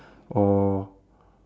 or